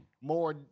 More